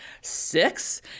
six